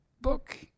book